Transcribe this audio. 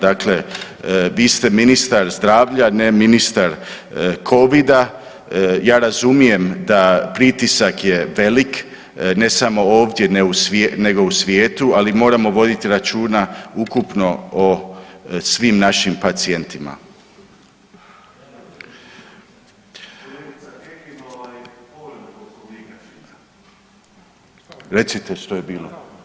Dakle, vi ste ministar zdravlja, ne ministar covida, ja razumijem da pritisak je velik ne samo ovdje nego i u svijetu, ali moramo voditi računa ukupno o svim našim pacijentima. … [[Upadica iz klupe se ne razumije]] Recite što je bilo?